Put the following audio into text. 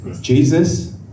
Jesus